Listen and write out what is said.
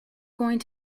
going